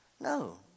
No